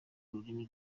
ururimi